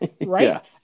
right